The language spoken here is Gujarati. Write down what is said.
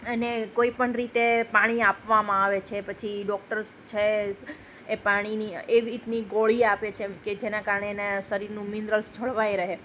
અને કોઈ પણ રીતે પાણી આપવામાં આવે છે પછી ડૉક્ટર્સ છે એ પાણીની એવિટની ગોળી આપે છે કે જેના કારણે એને શરીરનું મિનરલ્સ જળવાઈ રહે